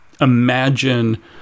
imagine